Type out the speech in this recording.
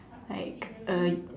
like uh